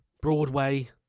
broadway